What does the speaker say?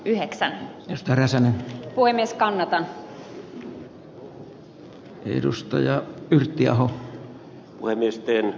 yheksän lista räsänen syystä kone ei ottanut käskyä vastaan